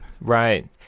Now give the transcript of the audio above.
Right